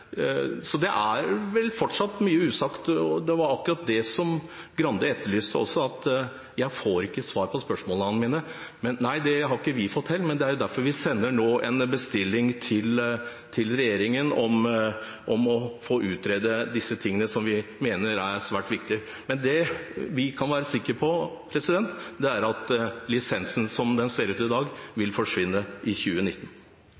Det er vel fortsatt mye usagt, og det var akkurat det Grande etterlyste, at han ikke får svar på spørsmålene sine. Nei, det har heller ikke vi fått, og det er derfor vi nå sender en bestilling til regjeringen om å få utredet dette som vi mener er svært viktig. Det vi kan være sikre på, er at lisensen slik den ser ut i dag,